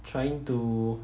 trying to